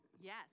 Yes